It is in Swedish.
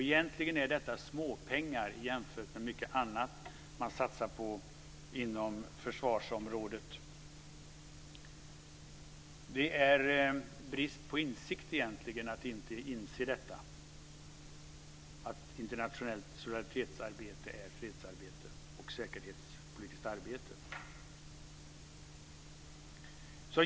Egentligen är detta småpengar jämfört med mycket annat man satsar på inom försvarsområdet. Det är brist på insikt egentligen att inte inse detta; att internationellt solidaritetsarbete är fredsarbete och säkerhetspolitiskt arbete.